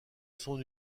son